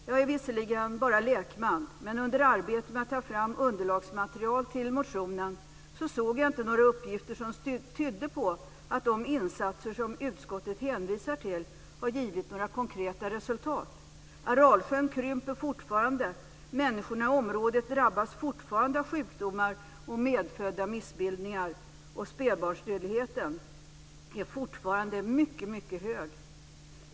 Jag är visserligen bara lekman, men under arbetet med att ta fram underlagsmaterial till motionen såg jag inte några uppgifter som tydde på att de insatser som utskottet hänvisar till har givit några konkreta resultat. Aralsjön krymper fortfarande. Människorna i området drabbas fortfarande av sjukdomar och medfödda missbildningar, och spädbarnsdödligheten är fortfarande mycket hög.